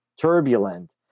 turbulent